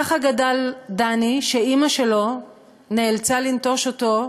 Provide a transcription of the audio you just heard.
ככה גדל דני, שאימא שלו נאלצה לנטוש אותו.